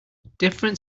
different